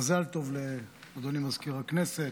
מזל טוב לאדוני מזכיר הכנסת,